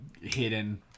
hidden